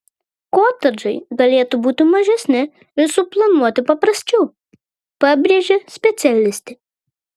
kotedžai galėtų būti mažesni ir suplanuoti paprasčiau pabrėžia specialistė